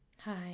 Hi